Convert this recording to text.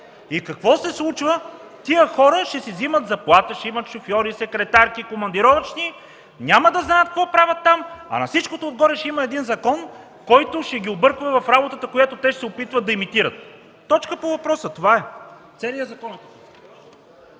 И какво се случва? Тези хора ще си взимат заплата, ще си имат шофьори, секретарки, командировъчни, няма да знаят какво правят там, на всичкото отгоре ще има един закон, който ще ги обърква в работата, която те ще се опитват да имитират. Точка по въпроса. Това е. Целият закон е такъв!